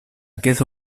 chiesa